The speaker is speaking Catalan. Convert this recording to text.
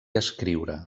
escriure